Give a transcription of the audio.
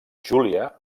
júlia